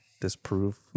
disprove